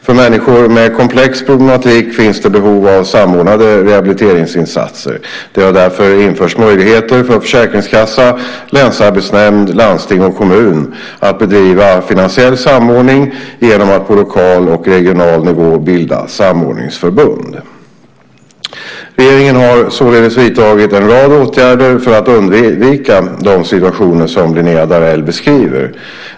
För människor med komplex problematik finns det behov av samordnade rehabiliteringsinsatser. Det har därför införts möjlighet för försäkringskassa, länsarbetsnämnd, landsting och kommun att bedriva finansiell samordning genom att på lokal och regional nivå bilda samordningsförbund. Regeringen har således vidtagit en rad åtgärder för att undvika de situationer som Linnéa Darell beskriver.